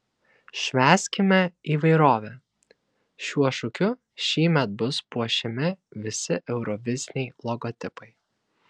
švęskime įvairovę šiuo šūkiu šįmet bus puošiami visi euroviziniai logotipai